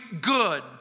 good